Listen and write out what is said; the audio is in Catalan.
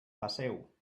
passeu